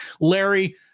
Larry